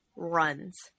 Runs